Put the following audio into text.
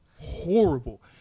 Horrible